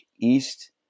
east